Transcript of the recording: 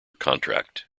contract